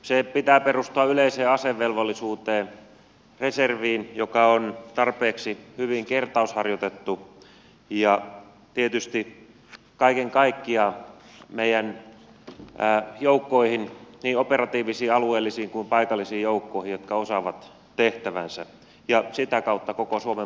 sen pitää perustua yleiseen asevelvollisuuteen reserviin joka on tarpeeksi hyvin kertausharjoitettu ja tietysti kaiken kaikkiaan meidän joukkoihin niin operatiivisiin alueellisiin kuin paikallisiin joukkoihin jotka osaavat tehtävänsä ja sitä kautta koko suomen puolustamiseen